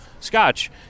scotch